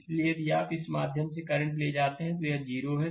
इसलिए यदि आप इसे इसके माध्यम से करंट ले जाते हैं तो यह 0 है